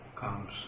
comes